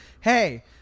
Hey